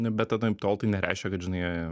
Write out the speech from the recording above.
bet anaiptol tai nereiškia kad žinai